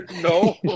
No